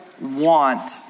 want